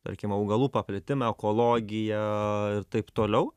tarkim augalų paplitimą ekologiją ir taip toliau